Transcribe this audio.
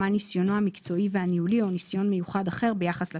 מה ניסיונו המקצועי והניהולי או ניסיון מיוחד אחר ביחס לתפקיד.